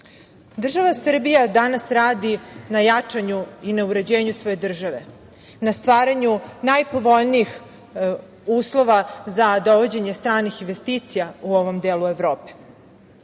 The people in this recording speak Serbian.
Država Srbija danas radi na jačanju i na uređenju svoje države, na stvaranju najpovoljnijih uslova za dovođenje stranih investicija u ovom delu